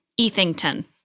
Ethington